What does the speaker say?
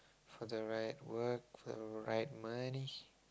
for the right work for the right monies